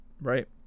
right